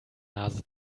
nase